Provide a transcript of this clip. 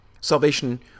Salvation